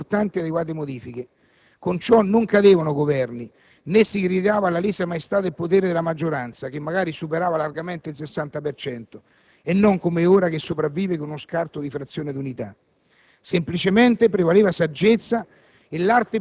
fosse accantonato per lungo tempo e ripreso dopo importanti ed adeguate modifiche. Con ciò non cadevano Governi, né si gridava alla lesa maestà del potere della maggioranza, che magari superava largamente il sessanta per cento e non come ora che sopravvive con uno scarto di frazione d'unità;